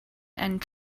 and